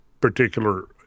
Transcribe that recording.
particular